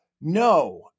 No